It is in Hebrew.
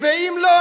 ואם לא,